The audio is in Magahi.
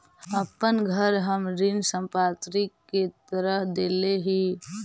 अपन घर हम ऋण संपार्श्विक के तरह देले ही